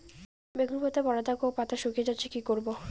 বেগুন পাতায় পড়া দাগ ও পাতা শুকিয়ে যাচ্ছে কি করব?